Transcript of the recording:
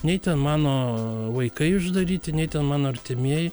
nei ten mano vaikai uždaryti nei ten mano artimieji